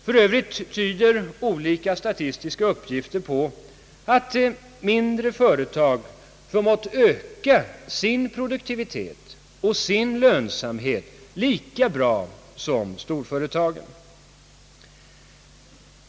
För Öövrigt tyder olika statistiska uppgifter på att mindre företag förmått öka sin produktivitet och sin lönsamhet lika bra som storföretagen.